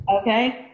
Okay